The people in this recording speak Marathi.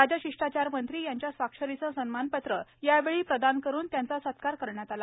राजशिष्टाचार मंत्री यांच्या स्वाक्षरीचे सन्मानपत्र यावेळी प्रदान करून त्यांचा सत्कार करण्यात आला